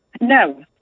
No